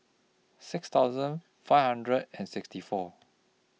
six thousand five hundred and sixty four